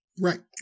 Right